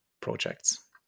projects